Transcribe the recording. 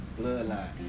bloodline